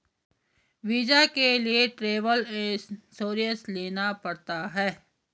visa के लिए travel insurance लेना पड़ता है